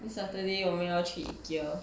the saturday 我们要去 ikea